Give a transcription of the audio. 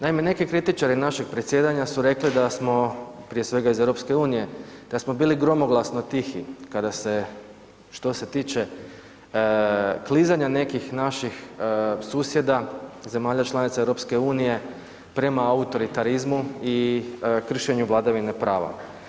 Naime, neki kritičari našeg predsjedanja su rekli da smo, prije svega iz EU, da smo bili gromoglasno tihi kada se što se tiče klizanja nekih naših susjeda, zemalja članica EU prema autoritarizmu i kršenju vladavine prava.